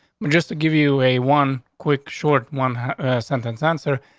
but just to give you a one quick short, one sentence answer.